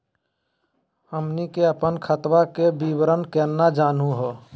हमनी के अपन खतवा के विवरण केना जानहु हो?